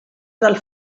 del